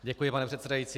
Děkuji, pane předsedající.